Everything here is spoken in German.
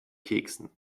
keksen